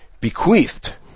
bequeathed